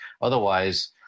Otherwise